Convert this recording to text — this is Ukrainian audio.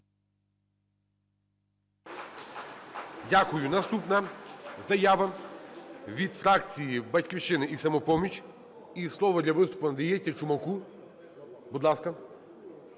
Дякую. Наступна, заява від фракцій "Батьківщини" і "Самопоміч". І слово для виступу надається Чумаку. Будь ласка.